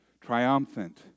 triumphant